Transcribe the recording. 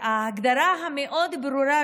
ההגדרה המאוד-ברורה,